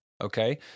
okay